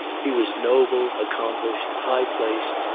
he was noble, accomplished, high-placed,